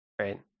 Right